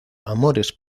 amores